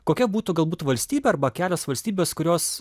kokia būtų galbūt valstybė arba kelios valstybės kurios